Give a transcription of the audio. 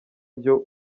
byo